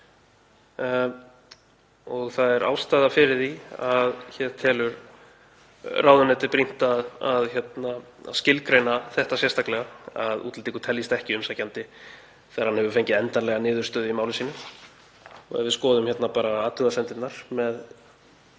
og það er ástæða fyrir því að hér telur ráðuneytið brýnt að skilgreina þetta sérstaklega, að útlendingur teljist ekki umsækjandi þegar hann hefur fengið endanlega niðurstöðu í máli sínu. Ef við skoðum bara athugasemdirnar með